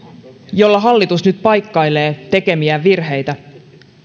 jolla hallitus nyt paikkailee tekemiään virheitä